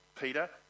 Peter